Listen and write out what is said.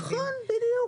נכון, בדיוק.